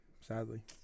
Sadly